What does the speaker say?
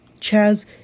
Chaz